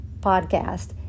podcast